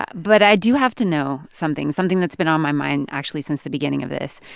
but i do have to know something something that's been on my mind, actually, since the beginning of this.